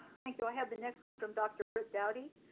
thank you. i have the next one from dr. britt dowdy.